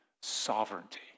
sovereignty